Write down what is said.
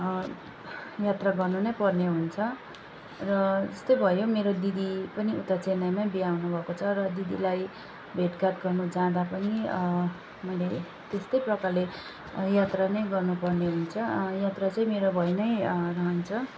यात्रा गर्नु नै पर्ने हुन्छ र दिदी पनि उता चेन्नईमा बिहा हुनुभएको छ र दिदीलाई भेटघाट गर्नु जाँदा पनि मैले त्यस्तै प्रकारले यात्रा नै गर्नुपर्ने हुन्छ यात्रा चाहिँ मेरो भइ नै रहन्छ